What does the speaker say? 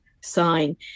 sign